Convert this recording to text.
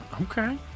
Okay